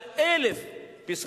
על 1,000,